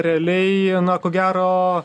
realiai na ko gero